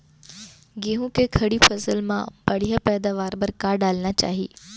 गेहूँ के खड़ी फसल मा बढ़िया पैदावार बर का डालना चाही?